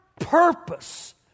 purpose